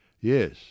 Yes